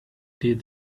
did